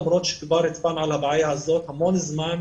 למרות שכבר הצבענו על הבעיה הזאת המון זמן.